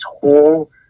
whole